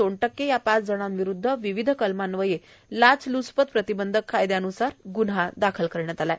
सोनटक्के या पाच जणांविरूद्ध विविध कलमांन्वये लाचलुचपत प्रतिबंधक कायद्यानुसार गुन्हा दाखल करण्यात आला आहे